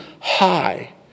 high